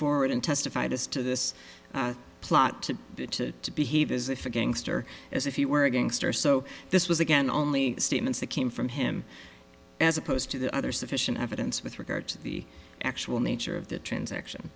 forward and testified as to this plot to it to behave as if a gangster as if he were a gangster so this was again only statements that came from him as opposed to the other sufficient evidence with regard to the actual nature of the transaction